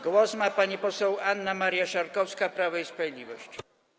Głos ma pani poseł Anna Maria Siarkowska, Prawo i Sprawiedliwość.